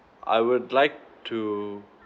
I would like to